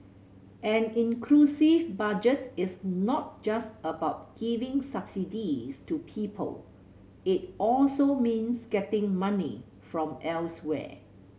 an inclusive Budget is not just about giving subsidies to people it also means getting money from elsewhere